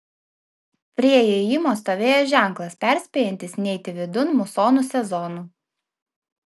prie įėjimo stovėjo ženklas perspėjantis neiti vidun musonų sezonu